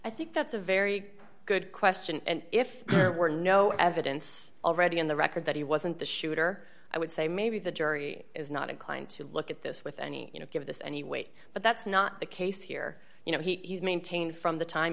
i think that's a very good question and if there were no evidence already on the record that he wasn't the shooter i would say maybe the jury is not inclined to look at this with any you know give this any weight but that's not the case here you know he's maintained from the time